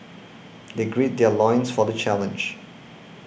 they gird their loins for the challenge